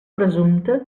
presumpta